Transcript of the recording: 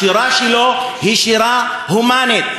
השירה שלו היא שירה הומנית.